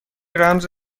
رمز